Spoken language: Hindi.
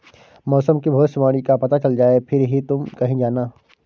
मौसम की भविष्यवाणी का पता चल जाए फिर ही तुम कहीं जाना